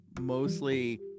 mostly